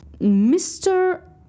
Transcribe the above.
Mr